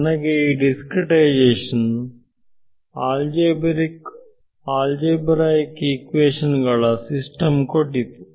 ನನಗೆ ಈ discretisation algebraic equation ಗಳ ಸಿಸ್ಟಮ್ ಕೊಟ್ಟಿತು